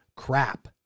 crap